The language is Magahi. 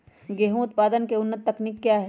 गेंहू उत्पादन की उन्नत तकनीक क्या है?